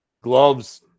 gloves